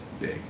big